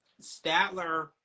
Statler